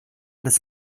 des